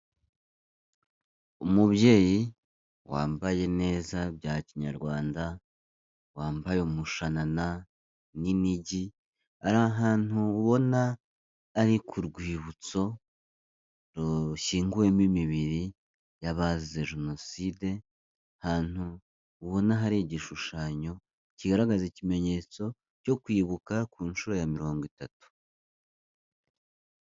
Umubyeyi wambaye neza bya kinyarwanda, wambaye umushanana n'imiigi ari ahantu ubona ari ku rwibutso rushyinguyemo imibiri y'abazize Jenoside, ahantu ubona hari igishushanyo kigaragaza ikimenyetso cyo kwibuka ku nshuro ya mirongo itatu.